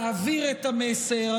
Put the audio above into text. להעביר את המסר.